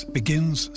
begins